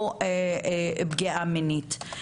או פגיעה מינית.